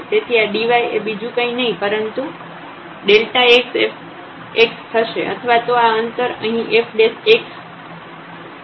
તેથી આ dy એ બીજું કંઈ નહીં પરંતુ xf x થશે અથવા તો આ અંતર અહીં fΔx થશે